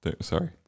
sorry